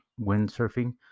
windsurfing